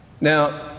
Now